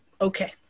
Okay